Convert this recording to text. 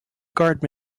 garment